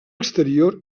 exterior